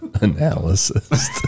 Analysis